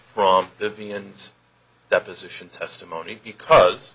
from the v and deposition testimony because